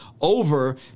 over